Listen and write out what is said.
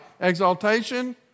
Exaltation